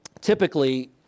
typically